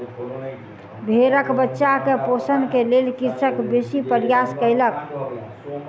भेड़क बच्चा के पोषण के लेल कृषक बेसी प्रयास कयलक